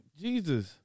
Jesus